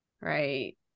Right